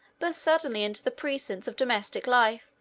burst suddenly into the precincts of domestic life,